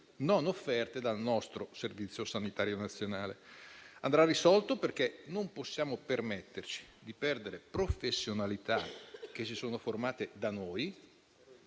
non offerte dal nostro Servizio sanitario nazionale. Andrà risolto, perché non possiamo permetterci di perdere professionalità che si sono formate da noi,